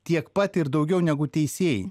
tiek pat ir daugiau negu teisėjai